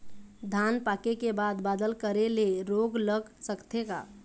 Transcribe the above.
धान पाके के बाद बादल करे ले रोग लग सकथे का?